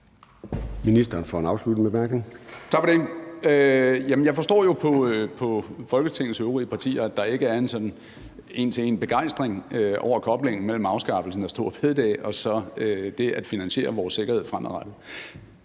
Jeg forstår jo på Folketingets øvrige partier, at der ikke er en begejstring en til en over koblingen mellem afskaffelsen af store bededag og det at finansiere vores sikkerhed fremadrettet.